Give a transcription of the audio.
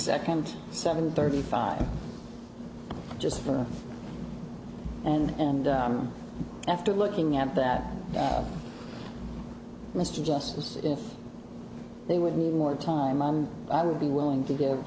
second seven thirty five just for and after looking at that mr justice if they would need more time on i would be willing to give